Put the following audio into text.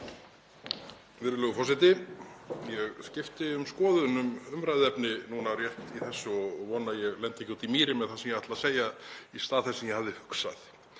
Virðulegur forseti. Ég skipti um skoðun um umræðuefni núna rétt í þessu og vona að ég lendi ekki úti í mýri með það sem ég ætla að segja í stað þess sem ég hafði hugsað